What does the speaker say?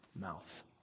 mouth